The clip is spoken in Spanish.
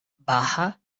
baja